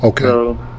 Okay